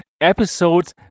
episode